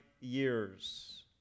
years